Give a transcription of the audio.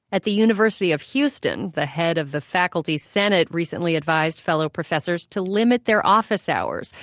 at the university of houston, the head of the faculty senate recently advised fellow professors to limit their office hours,